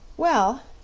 well,